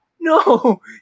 No